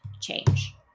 change